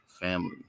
family